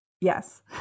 Yes